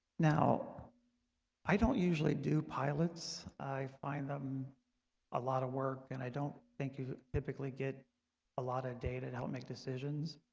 now i don't usually do pilots i find them a lot of work and i don't think you typically get a lot of data to help make make decisions.